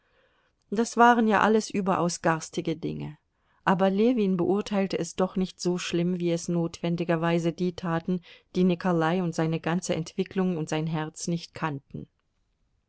das waren ja alles überaus garstige dinge aber ljewin beurteilte es doch nicht so schlimm wie es notwendigerweise die taten die nikolai und seine ganze entwicklung und sein herz nicht kannten